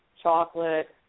chocolate